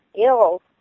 ill